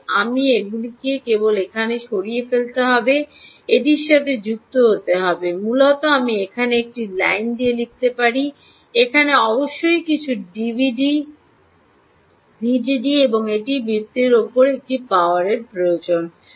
তাই আমি এগুলিকে কেবল এখানে সরিয়ে ফেলতে হবে এটির সাথে যুক্ত হতে হবে মূলত আমি এখানে একটি লাইন দিয়ে লিখতে পারি এখানে অবশ্যই কিছু ভিডিডি এটি অবশ্যই ভিডিডি এবং এটি ভিত্তিতে এটি পাওয়ারও প্রয়োজন